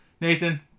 Nathan